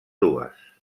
dues